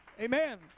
Amen